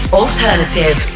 alternative